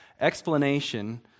explanation